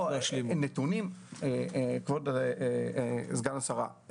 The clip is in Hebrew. כבוד סגן השרה,